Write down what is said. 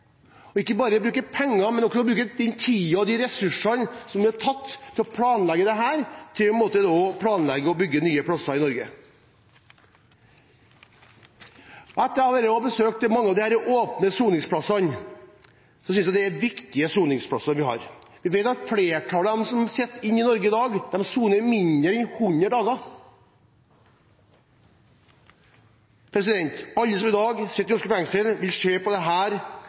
Ikke bare vil vi bruke penger, men vi vil også bruke den tiden det har tatt og de ressursene som er brukt til å planlegge dette, til å planlegge og å bygge nye plasser i Norge. Etter å ha vært og besøkt mange av disse åpne soningsplassene synes jeg det er viktige soningsplasser vi har. Vi vet at flertallet av dem som sitter inne i Norge i dag, soner mindre enn 100 dager. Alle som i dag sitter i norske fengsler, vil på